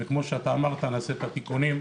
וכמו שאמרת, נשלים את התיקונים.